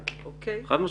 חד-משמעית.